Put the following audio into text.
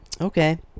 Okay